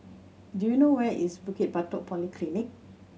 do you know where is Bukit Batok Polyclinic